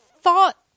thought